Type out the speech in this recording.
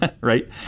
right